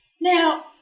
Now